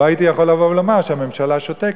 לא הייתי יכול לבוא ולומר שהממשלה שותקת.